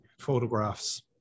photographs